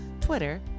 Twitter